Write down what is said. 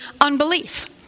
unbelief